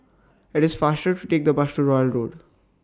IT IS faster to Take The Bus to Royal Road